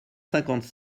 cinquante